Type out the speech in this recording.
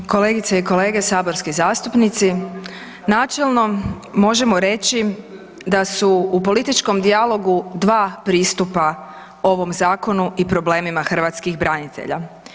Kolegice i kolege saborski zastupnici, načelno možemo reći da su u političkom dijalogu dva pristupa ovom zakonu i problemima hrvatskih branitelja.